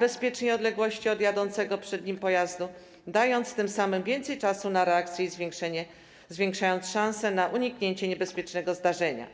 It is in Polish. bezpiecznej odległości od jadącego przed nimi pojazdu, dając tym samym więcej czasu na reakcję i zwiększając szansę na uniknięcie niebezpiecznego zdarzenia.